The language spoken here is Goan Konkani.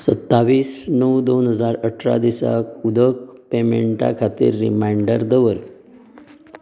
सत्तावीस णव दोन हजार अठरा दिसाक उदक पेमेंटा खातीर रिमांयडर दवर